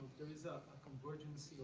there is a convergence